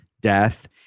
death